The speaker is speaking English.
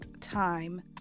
time